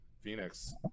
Phoenix